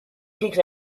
sneaks